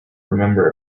remember